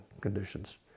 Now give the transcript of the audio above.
conditions